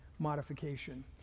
modification